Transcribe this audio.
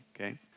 okay